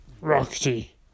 Roxy